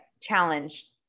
challenge